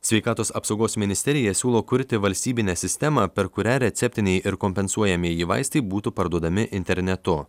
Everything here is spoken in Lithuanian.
sveikatos apsaugos ministerija siūlo kurti valstybinę sistemą per kurią receptiniai ir kompensuojamieji vaistai būtų parduodami internetu